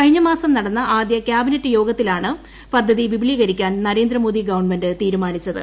കഴിഞ്ഞ മാസം നടന്ന ആദൃ കൃാബിനറ്റ് യോഗത്തിലാണ് പദ്ധതി വിപുലീകരിക്കാൻ നരേന്ദ്രമോദി ഗവൺമെന്റ് തീരുമാനിച്ചത്